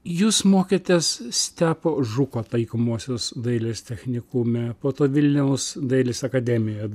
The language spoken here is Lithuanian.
jūs mokėtės stepo žuko taikomosios dailės technikume po to vilniaus dailės akademijoje